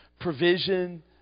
provision